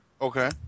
Okay